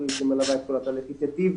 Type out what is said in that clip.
הפרוייקטורית שמלווה את הפרויקט היא תיטב